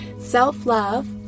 self-love